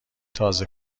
تازه